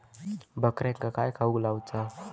बकऱ्यांका काय खावक घालूचा?